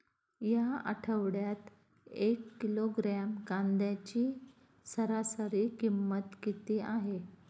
या आठवड्यात एक किलोग्रॅम कांद्याची सरासरी किंमत किती आहे?